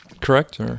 correct